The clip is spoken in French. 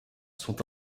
sont